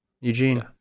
Eugene